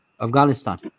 Afghanistan